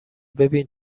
ببین